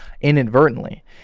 inadvertently